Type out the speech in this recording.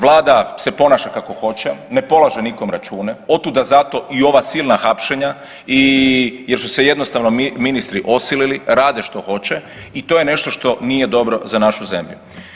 Vlada se ponaša kako hoće, ne polaže nikom račune otuda zato i ova silna hapšenja jer su se jednostavno ministri osilili, rade što hoće i to je nešto što nije dobro za našu zemlju.